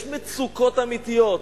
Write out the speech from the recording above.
יש מצוקות אמיתיות,